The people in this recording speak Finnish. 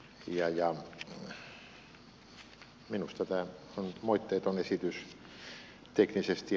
minusta tämä on moitteeton esitys teknisesti ja asiallisesti